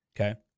Okay